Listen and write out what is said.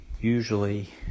Usually